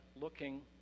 looking